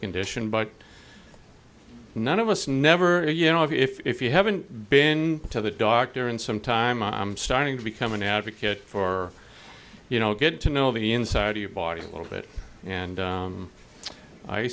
condition but none of us never a you know if you haven't been to the doctor in some time i'm starting to become an advocate for you know get to know the inside your body a little bit and